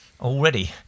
already